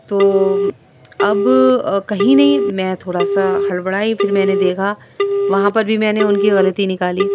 تو اب کہیں نہیں میں تھوڑا سا ہڑبڑائی پھر میں نے دیکھا وہاں پر بھی میں نے ان کی غلطی نکالی